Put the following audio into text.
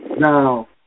Now